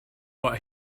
write